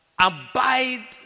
Abide